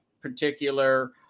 particular